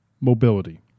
Mobility